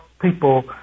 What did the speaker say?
people